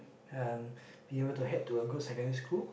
and be able to head to a good secondary school